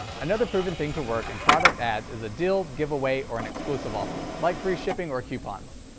another proven thing to work in product ads is a deal, giveaway or an exclusive offer like free shipping or coupons.